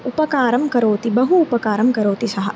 उपकारं करोति बहु उपकारं करोति सः